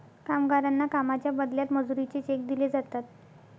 कामगारांना कामाच्या बदल्यात मजुरीचे चेक दिले जातात